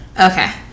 okay